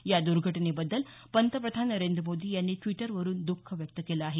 या दुर्घटनेबद्दल पंतप्रधान नरेंद्र मोदी यांनी ड्विटरवरून द्ःख व्यक्त केलं आहे